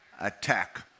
attack